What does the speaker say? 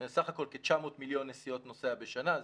סך הכול כ-900 מיליון נסיעות נוסע בשנה.